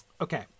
Okay